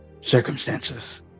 circumstances